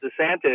DeSantis